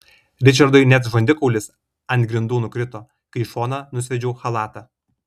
ričardui net žandikaulis ant grindų nukrito kai į šoną nusviedžiau chalatą